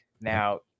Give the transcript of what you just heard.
Now